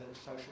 social